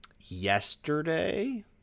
Yesterday